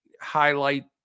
highlight